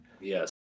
Yes